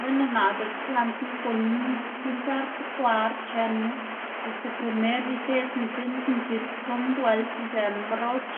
bueno naꞌ diꞌtse xlaꞌndná gunn‑ná pintar ti kward chenná este primer iteꞌdná tind nkits, tson bueld izëná broch